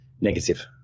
negative